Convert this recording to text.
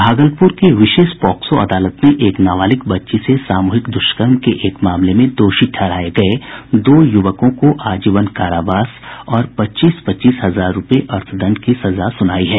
भागलपुर की विशेष पॉक्सो अदालत ने एक नाबालिग बच्ची से सामूहिक द्रष्कर्म के एक मामले में दोषी ठहराये गये दो युवकों को आजीवन कारावास और पच्चीस पच्चीस हजार रूपये अर्थदंड की सजा सुनाई है